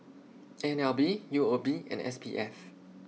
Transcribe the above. N L B U O B and S P F